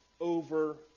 over